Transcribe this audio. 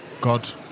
God